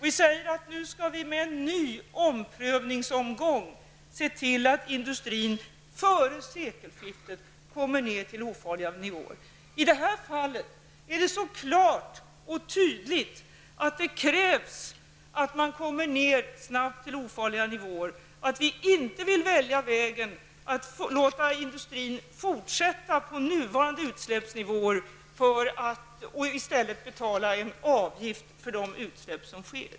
Vi skall nu med en ny omprövningsomgång se till att industrin före sekelskiftet kommer ner till ofarliga nivåer. I det här fallet är det så klart och tydligt att det krävs att man snabbt kommer ner till ofarliga nivåer, att vi inte vill välja vägen att låta industrin fortsätta sin verksamhet med nuvarande utsläppsnivåer och i stället betala en avgift för de utsläpp som sker.